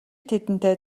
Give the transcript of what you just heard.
тэдэнтэй